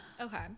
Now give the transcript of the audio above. Okay